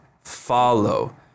follow